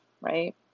right